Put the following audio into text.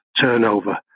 turnover